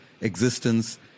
existence